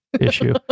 issue